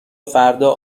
فردا